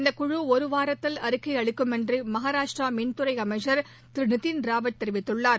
இந்த குழு ஒரு வாரத்தில் அறிக்கை அளிக்கும் என்று மகாராஷ்டிரா மின்துறை அமைச்சர் திரு நிதின் ராவத் தெரிவித்தார்